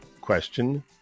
question